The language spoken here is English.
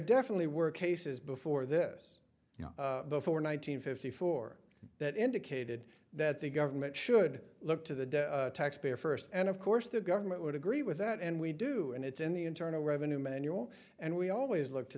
definitely were cases before this before nine hundred fifty four that indicated that the government should look to the taxpayer first and of course the government would agree with that and we do and it's in the internal revenue manual and we always look to